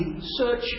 Search